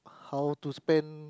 how to spend